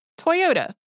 Toyota